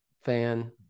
fan